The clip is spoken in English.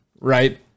right